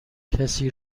کسی